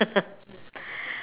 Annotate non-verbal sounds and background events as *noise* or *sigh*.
*laughs*